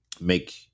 make